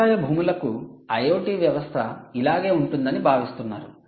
వ్యవసాయ భూములకు IoT వ్యవస్థ ఇలాగే ఉంటుందని భావిస్తున్నారు